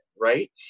right